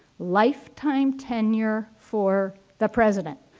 lifetime tenure for the president.